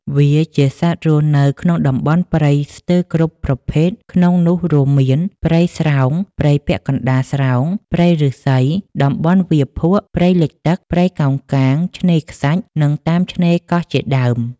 វាជាសត្វរស់នៅក្នុងតំបន់ព្រៃស្ទើរគ្រប់ប្រភេទក្នុងនោះរួមមាន ព្រៃស្រោង ព្រៃពាក់កណ្តាលស្រោង ព្រៃឬស្សី តំបន់វាលភក់ ព្រៃលិចទឹក ព្រៃកោងកាង ឆ្នេខ្សាច់ និងតាមឆ្នេរកោះជាដើម។